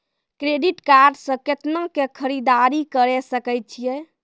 Credit card से कितना के खरीददारी करे सकय छियै?